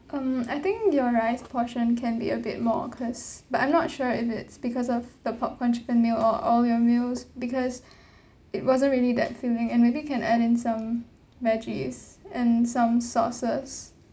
um I think your rice portion can be a bit more cause but I'm not sure if it's because of the popcorn chicken meal or all your meals because it wasn't really that filling and maybe you can add in some veggies and some sauces